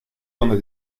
donde